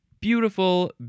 Beautiful